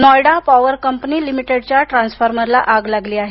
Noida power company लिमिटेडच्या ट्रान्सफॉर्मरला आग लागली आहे